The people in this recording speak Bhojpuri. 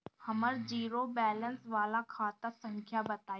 हमर जीरो बैलेंस वाला खाता संख्या बताई?